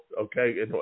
okay